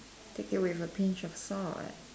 take it with a pinch of salt